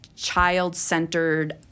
child-centered